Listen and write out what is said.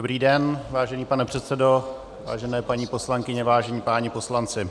Dobrý den, vážený pane předsedo, vážené paní poslankyně, vážení páni poslanci.